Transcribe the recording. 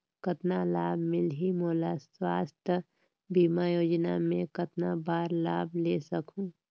कतना लाभ मिलही मोला? स्वास्थ बीमा योजना मे कतना बार लाभ ले सकहूँ?